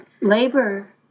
labor